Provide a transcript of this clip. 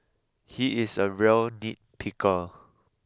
he is a real nitpicker